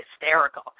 hysterical